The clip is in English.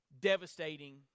Devastating